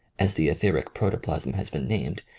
as the etheric protoplasm has been named,